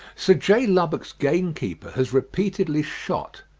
sir j. lubbock's gamekeeper has repeatedly shot,